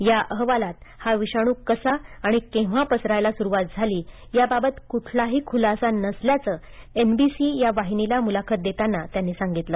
या अहवालात हा विषाणू कसा आणि केव्हा पसरायला सुरुवात झाली याबाबत कुठलाही खुलासा नसल्याचं एनबीसी या वाहिनीला मुलाखत देताना सांगितलं